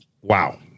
wow